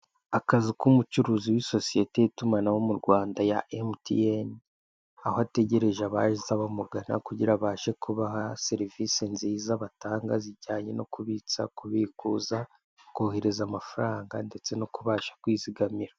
Akazu k'umucuruzi w'isosiyete y'itumanaho mu Rwanda ya emutiyeni, aho ategereje abaza bamugana kugira abashe kubaha serivisi nziza batanga zijyanye no kubitsa, kubikuza, kohereza amafaranga ndetse no kubasha kwizigamira.